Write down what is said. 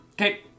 Okay